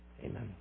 Amen